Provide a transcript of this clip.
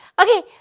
okay